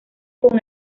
con